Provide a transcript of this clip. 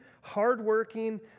hardworking